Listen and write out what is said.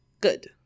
good